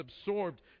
absorbed